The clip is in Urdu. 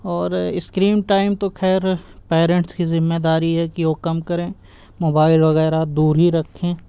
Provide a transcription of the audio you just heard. اور اسکرین ٹائم تو خیر پیرنٹس کی ذمہ داری ہے کہ وہ کم کریں موبائل وغیرہ دور ہی رکھیں